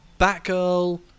Batgirl